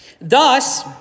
Thus